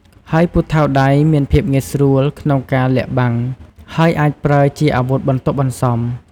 ហើយពូថៅដៃមានភាពងាយស្រួលក្នុងការលាក់បាំង ហើយអាចប្រើជាអាវុធបន្ទាប់បន្សំ។